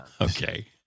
Okay